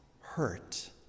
hurt